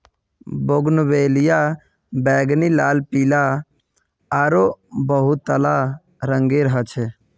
bougainvillea बैंगनी, लाल, पीला आरो बहुतला रंगेर ह छे